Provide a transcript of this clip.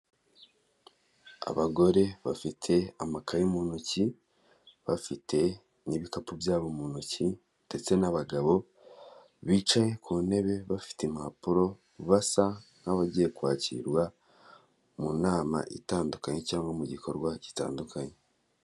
Abagore bafite amakaye mu ntoki bafite n'ibikapu byabo mu ntoki ndetse n'abagabo bicaye ku ntebe bafite impapuro, basa nk'abagiye kwakirwa mu nama itandukanye cyangwa mu gikorwa gitandukanye.